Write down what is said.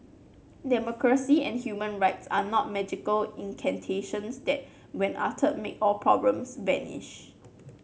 democracy and human rights are not magical incantations that when uttered make all problems vanish